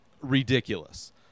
ridiculous